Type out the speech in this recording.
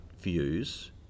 views